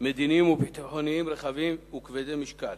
מדיניים וביטחוניים רחבים וכבדי משקל.